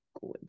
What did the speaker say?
good